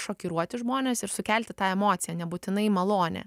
šokiruoti žmones ir sukelti tą emociją nebūtinai malonią